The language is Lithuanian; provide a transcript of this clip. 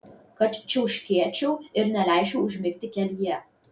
kad čiauškėčiau ir neleisčiau užmigti kelyje